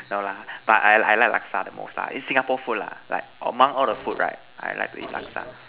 no lah but I I like Laksa the most lah in Singapore food lah like among all the food right I like to eat Laksa